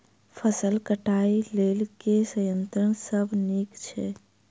फसल कटाई लेल केँ संयंत्र सब नीक छै?